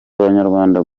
abanyarwanda